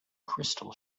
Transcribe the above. crystal